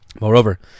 Moreover